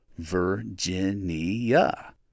virginia